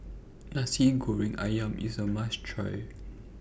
Nasi Goreng Ayam IS A must Try